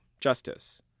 Justice